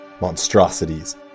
monstrosities